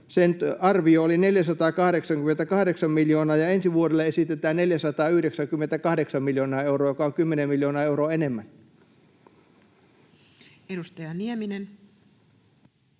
oli 488 miljoonaa ja ensi vuodelle esitetään 498 miljoonaa euroa, joka on 10 miljoonaa euroa enemmän? [Speech